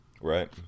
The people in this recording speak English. right